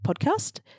podcast